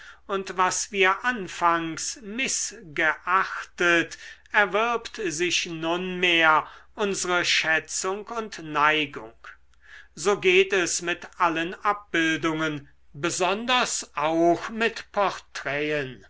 und was wir anfangs mißgeachtet erwirbt sich nunmehr unsre schätzung und neigung so geht es mit allen abbildungen besonders auch mit porträten